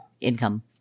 income